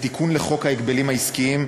ותיקון לחוק ההגבלים העסקיים,